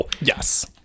Yes